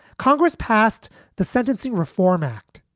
congress passed the sentencing reform act,